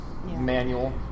Manual